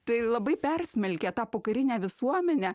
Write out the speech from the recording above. tai ir labai persmelkė tą pokarinę visuomenę